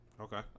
Okay